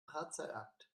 drahtseilakt